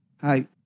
Hi